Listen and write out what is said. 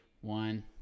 One